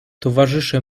towarzysze